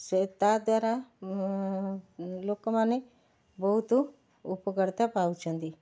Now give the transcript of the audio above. ସେ ତା ଦ୍ୱାରା ଲୋକମାନେ ବହୁତ ଉପକାରିତା ପାଉଛନ୍ତି